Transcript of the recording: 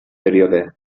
període